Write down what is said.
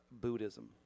Buddhism